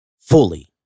fully